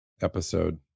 episode